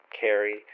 carry